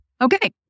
Okay